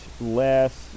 last